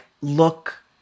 look